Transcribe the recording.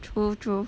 true true